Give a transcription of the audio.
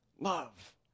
love